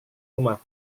rumah